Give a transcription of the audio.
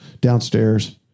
downstairs